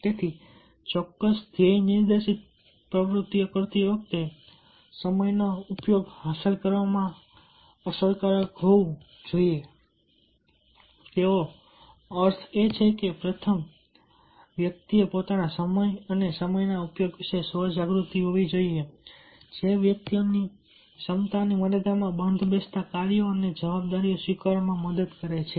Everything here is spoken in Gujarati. તેથી ચોક્કસ ધ્યેય નિર્દેશિત પ્રવૃત્તિઓ કરતી વખતે સમયનો ઉપયોગ હાંસલ કરવામાં અસરકારક હોવું જોઈએ તેનો અર્થ એ છે કે પ્રથમ એ છે કે વ્યક્તિએ પોતાના સમય અને સમયના ઉપયોગ વિશે સ્વ જાગૃતિ હોવી જોઈએ જે વ્યક્તિની ક્ષમતાઓની મર્યાદામાં બંધબેસતા કાર્યો અને જવાબદારીઓને સ્વીકારવામાં મદદ કરે છે